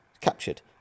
captured